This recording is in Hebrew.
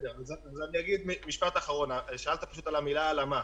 אז אני אגיד משפט אחרון, שאלת על המילה הלאמה.